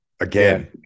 again